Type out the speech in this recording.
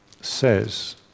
says